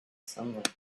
sunlight